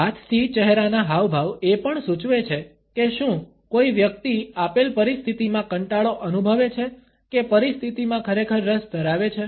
હાથથી ચહેરાના હાવભાવ એ પણ સૂચવે છે કે શું કોઈ વ્યક્તિ આપેલ પરિસ્થિતિમાં કંટાળો અનુભવે છે કે પરિસ્થિતિમાં ખરેખર રસ ધરાવે છે